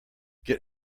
get